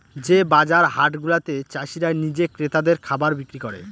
যে বাজার হাট গুলাতে চাষীরা নিজে ক্রেতাদের খাবার বিক্রি করে